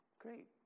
Great